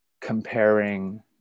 comparing